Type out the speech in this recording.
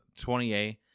20A